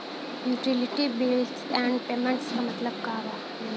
Utility bills and payments क मतलब का बा?